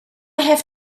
have